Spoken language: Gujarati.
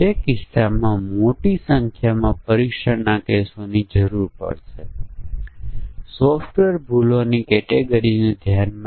પરંતુ પછી ખૂબ જટિલ સમસ્યાઓ માટે પરીક્ષણના કેસોની સંખ્યા ખૂબ મોટી થઈ શકે છે